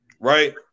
right